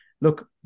Look